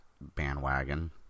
bandwagon